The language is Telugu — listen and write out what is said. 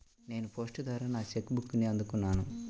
నేను పోస్ట్ ద్వారా నా చెక్ బుక్ని అందుకున్నాను